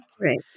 Right